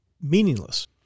meaningless